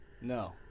No